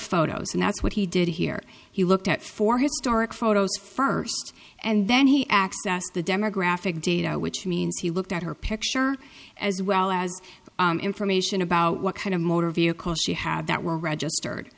photos and that's what he did here he looked at four historic photos first and then he accessed the demographic data which means he looked at her picture as well as information about what kind of motor vehicle she had that were registered